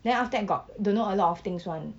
then after that got don't know a lot of things [one]